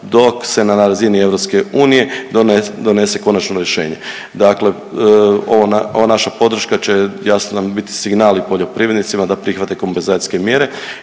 dok se na razini EU donese konačno rješenje. Dakle, ova naša podrška će jasno nam biti signal i poljoprivrednicima da prihvate kompenzacijske mjere